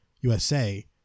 USA